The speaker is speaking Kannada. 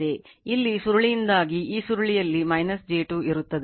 ಇಲ್ಲಿ ಸುರುಳಿಯಿಂದಾಗಿ ಈ ಸುರುಳಿಯಲ್ಲಿ j 2ಇರುತ್ತದೆ